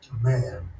Man